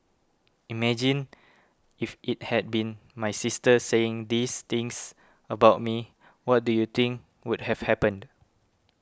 imagine if it had been my sister saying these things about me what do you think would have happened